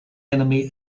enemy